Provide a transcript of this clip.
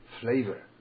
flavor